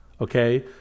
Okay